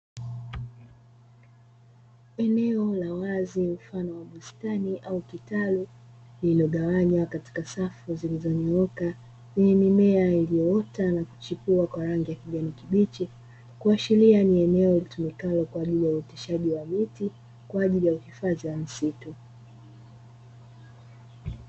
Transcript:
Eneo la wazi mfano wa bustani au kitalu, lililogawanywa katika safu zilizonyooka zenye mimea iliyoota na kuchipua kwa rangi ya kijani kibichi, kuashiria ni eneo litumikalo kwa ajili ya uoteshaji wa miti kwa ajili ya uhifadhi wa misitu.